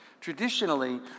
traditionally